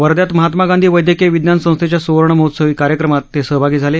वध्यात महात्मा गांधी वैद्यकीय विज्ञान संस्थेच्या सूर्वणमहोत्सवी कार्यक्रमात ते सहभागी झाले